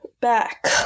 back